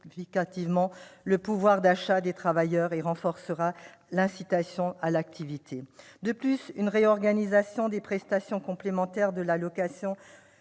le pouvoir d'achat des travailleurs et renforcera l'incitation à l'activité. De plus, une réorganisation des prestations complémentaires à l'allocation